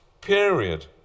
period